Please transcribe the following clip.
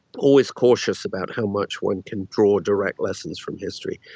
always cautious about how much one can draw direct lessons from history.